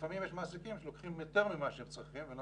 לפעמים יש מעסיקים שלוקחים יותר ממה שהם צריכים ולא